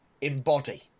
embody